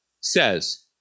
says